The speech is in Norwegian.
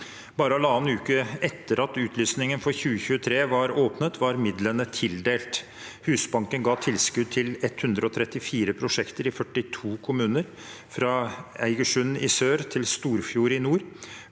Bare halvannen uke etter at utlysningen for 2023 var åpnet, var midlene tildelt. Husbanken ga tilskudd til 134 prosjekter i 42 kommuner, fra Eigersund i sør til Storfjord i nord.